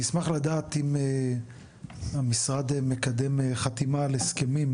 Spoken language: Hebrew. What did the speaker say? אני אשמח לדעת אם המשרד מקדם חתימה על הסכמים